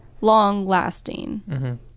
long-lasting